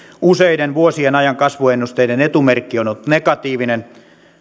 useiden vuosien ajan kasvuennusteiden etumerkki on ollut negatiivinen